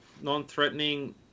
non-threatening